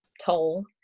toll